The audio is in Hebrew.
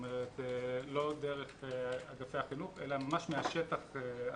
לא דרך אגפי החינוך אלא ממש מהשטח עצמו,